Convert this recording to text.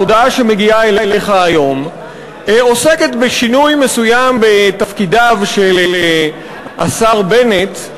ההודעה שמגיעה אליך היום עוסקת בשינוי מסוים בתפקידיו של השר בנט,